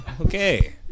Okay